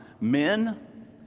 men